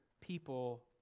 people